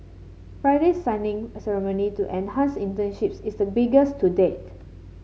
Friday's signing ceremony to enhance internships is the biggest to date